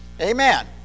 Amen